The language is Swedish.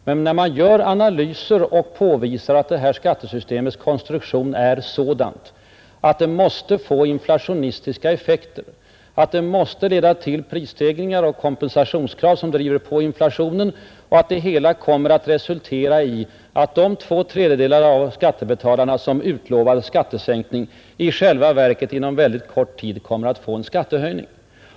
Men de analyser som vi gjorde påvisade att skattesystemets konstruktion är sådan att det måste få inflationistiska effekter, att det måste leda till prisstegringar och kompensationskrav som driver på inflationen och att det kommer att resultera i att de två tredjedelar av skattebetalarna som utlovades skattesänkning i själva verket inom mycket kort tid får en skattehöjning.